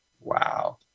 Wow